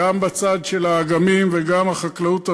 גם בצד של האגמים וגם החקלאות הרגילה,